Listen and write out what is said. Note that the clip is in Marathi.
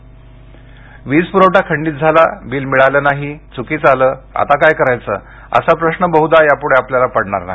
वीज व्हॉट्सअँप वीज प्रवठा खंडित झाला बिल मिळालं नाही च्कीचं आलं आता काय करायचं असा प्रश्न बहुधा या पुढे आपल्याला पडणार नाही